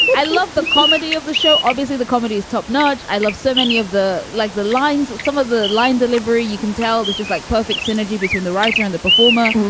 i love the comedy of the show. obviously the comedy is top notch i love so many of the like the lines, some of the line delivery. you can tell there's just like perfect synergy between the writer and the performer.